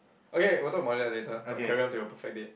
okay we'll talk about that later but carry on to your perfect date